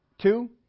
Two